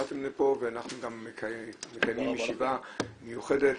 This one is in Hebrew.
באתם לפה ואנחנו מקיימים ישיבה מיוחדת,